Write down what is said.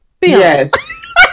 Yes